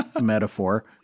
metaphor